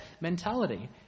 mentality